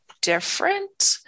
different